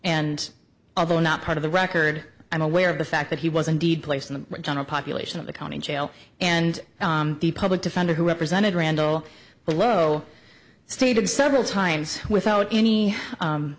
and although not part of the record i'm aware of the fact that he was indeed placed in the general population of the county jail and the public defender who represented randall below stated several times without any